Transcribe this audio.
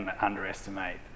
underestimate